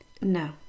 no